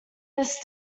this